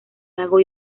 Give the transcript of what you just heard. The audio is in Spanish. lago